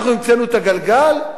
אנחנו המצאנו את הגלגל?